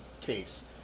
case